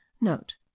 note